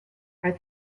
are